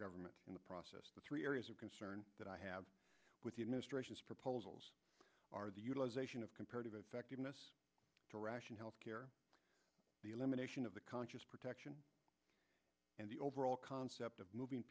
government in the process the three areas of concern that i have with the administration's proposals are the utilization of comparative effectiveness to ration health care the elimination of the conscious protection and the overall concept of moving